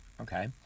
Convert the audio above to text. Okay